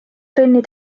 trenni